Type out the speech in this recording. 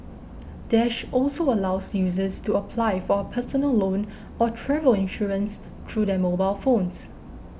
dash also allows users to apply for a personal loan or travel insurance through their mobile phones